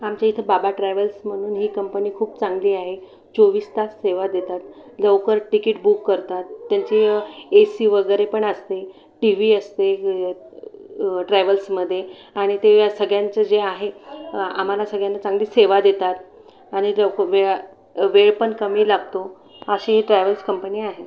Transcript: आमच्या इथं बाबा ट्रॅव्हल्स म्हणून ही कंपनी खूप चांगली आहे चोवीस तास सेवा देतात लवकर टिकिट बुक करतात त्यांची ए सी वगैरेपण असते टी व्ही असते ट्रॅव्हल्समध्ये आणि ते या सगळ्यांचे जे आहे आम्हाला सगळ्यांना चांगली सेवा देतात आणि वेळा वेळ पण कमी लागतो अशी ही ट्रॅव्हल्स् कंपनी आहे